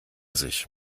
sich